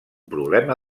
problema